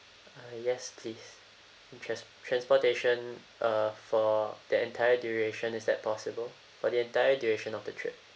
uh yes please trans~ transportation uh for the entire duration is that possible for the entire duration of the trip